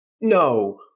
No